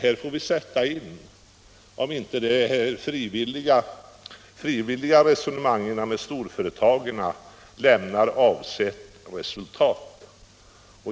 Vi får sätta in detta, om inte resonemang på frivillighetens väg med storföretagen lämnar avsett resultat.